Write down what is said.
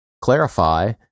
clarify